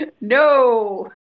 No